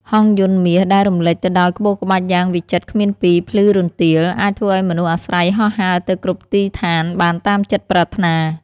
ហង្សយន្តមាសដែលរំលេចទៅដោយក្បូរក្បាច់យ៉ាងវិចិត្រគ្មានពីរ ភ្លឺរន្ទាល អាចឱ្យមនុស្សអាស្រ័យហោះហើរទៅគ្រប់ទីស្ថានបានតាមចិត្តប្រាថ្នា។